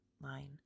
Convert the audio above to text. line